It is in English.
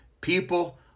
People